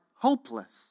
Hopeless